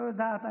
לא יודעת,